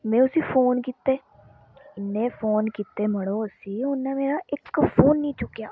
में उसी फोन कीते इन्ने फोन कीते मड़ो उसी उन्नै मेरा इक फोन नी चुक्केआ